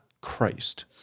Christ